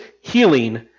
healing